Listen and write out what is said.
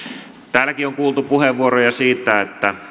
täälläkin on kuultu puheenvuoroja siitä